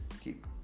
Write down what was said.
keep